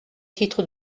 titre